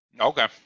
Okay